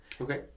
Okay